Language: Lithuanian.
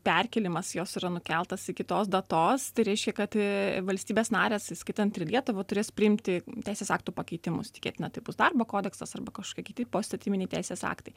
perkėlimas jos yra nukeltas iki tos datos tai reiškia kad valstybės narės įskaitant ir lietuvą turės priimti teisės aktų pakeitimus tikėtina tai bus darbo kodeksas arba kažkokie kiti poįstatyminiai teisės aktai